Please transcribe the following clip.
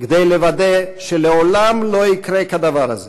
כדי לוודא שלעולם לא יקרה כדבר הזה,